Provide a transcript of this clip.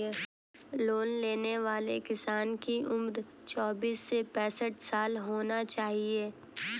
loan लेने वाले किसान की उम्र चौबीस से पैंसठ साल होना चाहिए